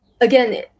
again